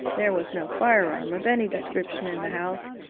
there was no firearm of any description in the house,